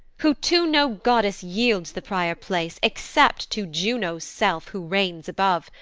who to no goddess yields the prior place except to juno's self, who reigns above,